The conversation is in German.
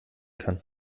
kann